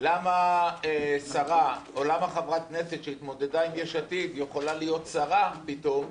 למה שרה או למה חברת כנסת שהתמודדה עם יש עתיד יכולה להיות שרה פתאום,